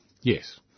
yes